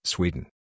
Sweden